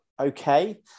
okay